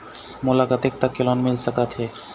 मोला कतेक तक के लोन मिल सकत हे?